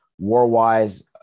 War-wise